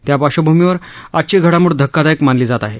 त्या पार्श्वभूमीवर आजची घडामोड धक्कादायक मानली जात आहे